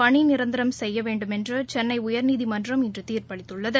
பணிநிரந்தரம் செய்யவேண்டுமென்றுசென்னைஉயர்நீதிமன்றம் இன்றுதீர்ப்பளித்துள்ளது